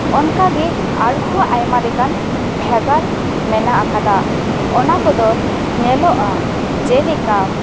ᱚᱱᱠᱟᱜᱮ ᱟᱨ ᱦᱚᱸ ᱟᱭᱢᱟ ᱞᱮᱠᱟᱱ ᱵᱷᱮᱜᱟᱨ ᱢᱮᱱᱟᱜ ᱟᱠᱟᱫᱟ ᱚᱱᱟ ᱠᱚᱫᱚ ᱧᱮᱞᱚᱜᱼᱟ ᱡᱮᱞᱮᱠᱟ